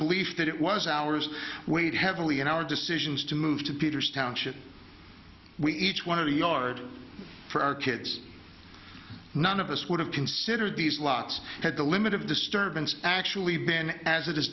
belief that it was ours weighed heavily in our decisions to move to peter's township we each one of the yard for our kids none of us would have considered these lights had the limit of disturbance actually been as it is